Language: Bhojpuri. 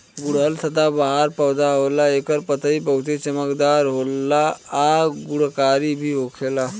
गुड़हल सदाबाहर पौधा होला एकर पतइ बहुते चमकदार होला आ गुणकारी भी होखेला